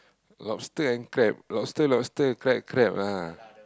lobster and crab lobster lobster crab crab ah